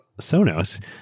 Sonos